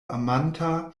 amanta